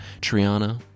Triana